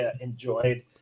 enjoyed